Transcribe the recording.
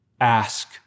Ask